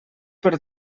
per